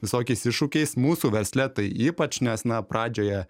visokiais iššūkiais mūsų versle tai ypač nes na pradžioje